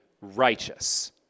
righteous